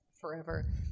forever